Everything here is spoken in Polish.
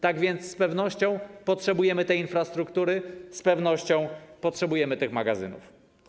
Tak więc z pewnością potrzebujemy tej infrastruktury, z pewnością potrzebujemy tych magazynów.